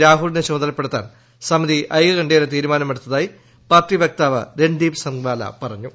രാഹുലിനെ ചുമതലപ്പെടുത്താൻ സമിതി ഐകൃകണ്ഠേന തീരുമാനമെടുത്തതായി പാർട്ടി വക്താവ് രൺദ്വീപ് സർങ്വാല പറഞ്ഞു